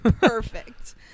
Perfect